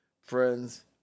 friends